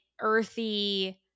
earthy